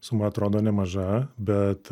suma atrodo nemaža bet